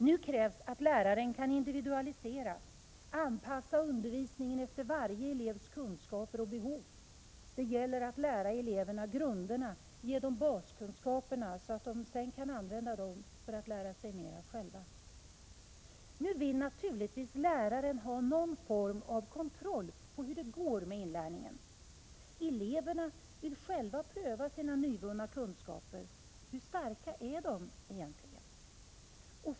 Nu krävs det att läraren kan individualisera, anpassa undervisningen efter varje elevs kunskaper och behov. Det gäller att lära eleverna grunderna, ge dem baskunskaperna, så att de sedan kan använda dessa för att själva lära sig mera. Nu vill naturligtvis läraren ha någon form av kontroll på hur det går med inlärningen. Eleverna vill själva pröva sina nyvunna kunskaper. Hur starka är de egentligen?